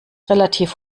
relativ